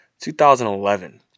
2011